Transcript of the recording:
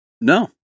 No